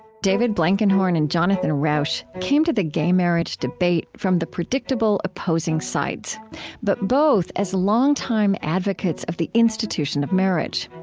david blankenhorn and jonathan rauch came to the gay marriage debate from the predictable opposing sides but both as long-time advocates of the institution of marriage.